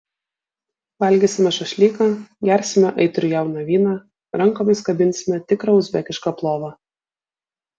valgysime šašlyką gersime aitrų jauną vyną rankomis kabinsime tikrą uzbekišką plovą